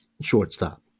shortstop